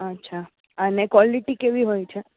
અચ્છા અને કોલેટી કેવી હોય છે